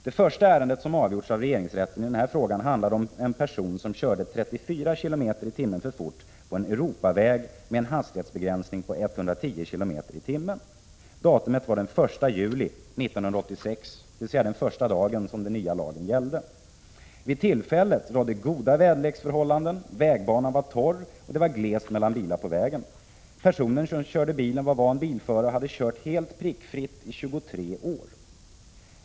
Det första ärende som avgjorts av regeringsrätten i denna fråga handlade om en person som körde 34 km/tim för fort på en Europaväg med en Vid tillfället rådde goda väderleksförhållanden. Vägbanan var torr, och det var glest med bilar på vägen. Personen som körde bilen var van bilförare och hade kört helt prickfritt i 23 år.